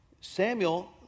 Samuel